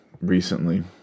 recently